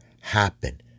happen